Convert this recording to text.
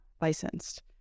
licensed